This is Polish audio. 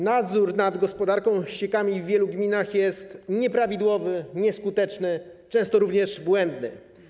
Nadzór nad gospodarką ściekami w wielu gminach jest nieprawidłowy, nieskuteczny, często również błędny.